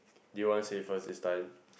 do you want say first this time